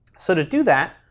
so to do that,